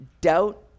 doubt